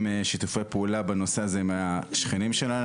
שיתופי פעולה בנושא הזה עם השכנים שלנו.